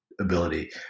ability